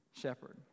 shepherd